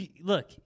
look